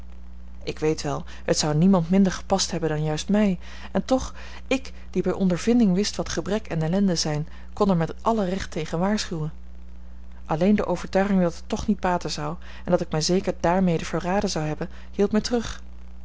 ik weet wel het zou niemand minder gepast hebben dan juist mij en toch ik die bij ondervinding wist wat gebrek en ellende zijn kon er met alle recht tegen waarschuwen alleen de overtuiging dat het toch niet baten zou en dat ik mij zeker daarmede verraden zou hebben hield mij terug